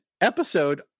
episode